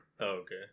Okay